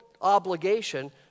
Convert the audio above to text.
obligation